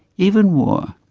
even war.